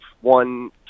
one